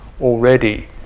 already